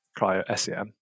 cryo-SEM